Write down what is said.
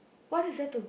what is there to